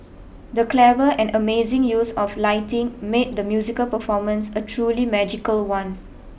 the clever and amazing use of lighting made the musical performance a truly magical one